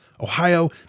Ohio